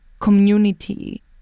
community